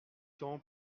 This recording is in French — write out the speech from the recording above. temps